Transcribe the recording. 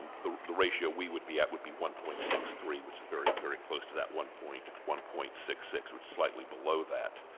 the the ratio we would be at would be one point six three which is very very close to that one point one point six six, it's slightly below that.